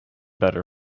better